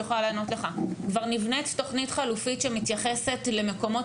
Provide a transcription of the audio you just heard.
כבר נבנית תוכנית חלופית שמתייחסת למקומות